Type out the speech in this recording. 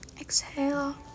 Exhale